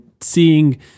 seeing